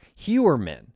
Hewerman